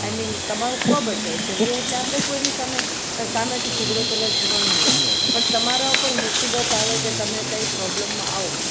આઈ mean તમારો સ્વબચાવ ઝગડો એટલે આપણે કોઈની સામે સામેથી ઝગડો કરવા જવાનું નથી પણ તમારા ઉપર મુસીબત આવે કે તમે કઈ પ્રોબ્લેમમાં આવો